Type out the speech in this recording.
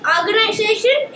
Organization